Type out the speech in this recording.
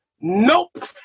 Nope